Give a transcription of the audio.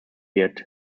wird